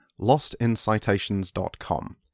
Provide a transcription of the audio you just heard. lostincitations.com